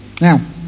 now